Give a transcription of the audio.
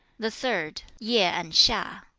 the third ye and hia,